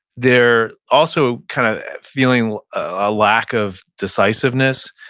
they're also kind of feeling a lack of decisiveness.